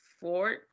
four